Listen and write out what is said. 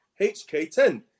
HK10